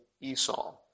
Esau